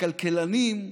הכלכלנים,